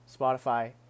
Spotify